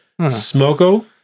Smoko